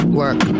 work